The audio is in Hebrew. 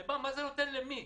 מה זה נותן למי?